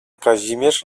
kazimierz